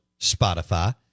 Spotify